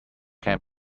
can